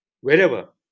Wherever